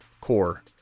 core